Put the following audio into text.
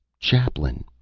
chaplain,